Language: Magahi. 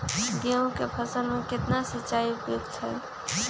गेंहू के फसल में केतना सिंचाई उपयुक्त हाइ?